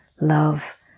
love